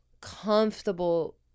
comfortable